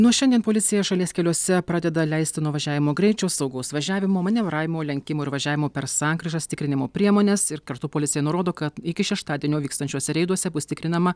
nuo šiandien policija šalies keliuose pradeda leistino važiavimo greičio saugaus važiavimo manevravimo lenkimo ir važiavimo per sankryžas tikrinimo priemones ir kartu policija nurodo kad iki šeštadienio vykstančiuose reiduose bus tikrinama